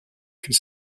que